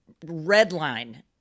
redline